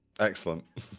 Excellent